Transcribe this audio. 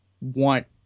want